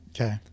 okay